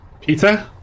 Peter